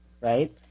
right